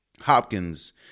Hopkins